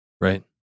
Right